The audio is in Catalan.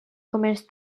comerç